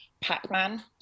Pac-Man